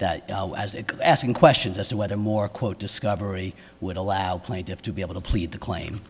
that as a asking questions as to whether more quote discovery would allow plaintiffs to be able to plead the claim